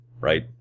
right